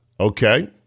Okay